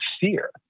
fear